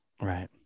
Right